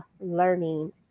learning